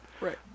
Right